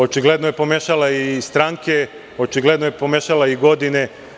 Očigledno je pomešala i stranke, očigledno je pomešala i godine.